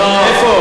איפה היא עלתה?